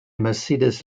mercedes